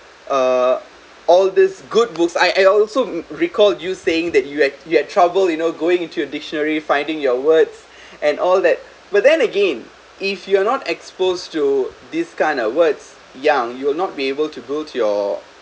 uh all this good books I I also recalled you saying that you had you had trouble you know going into a dictionary finding your words and all that but then again if you are not exposed to this kind of words young you will not be able to go to your